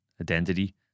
identity